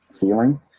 feeling